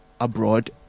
abroad